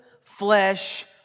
flesh